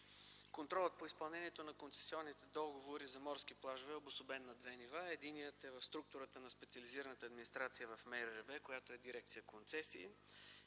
Контролът по изпълнението на концесионните договори за морски плажове е обособен на две нива. Едното ниво е в структурата на специализираната администрация в Министерството на регионалното